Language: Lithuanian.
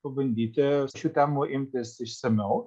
pabandyti šių temų imtis išsamiau